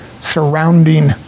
surrounding